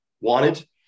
wanted